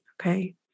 Okay